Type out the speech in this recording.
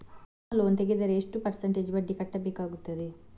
Personal loan ತೆಗೆದರೆ ಎಷ್ಟು percentage ಬಡ್ಡಿ ಕಟ್ಟಬೇಕಾಗುತ್ತದೆ?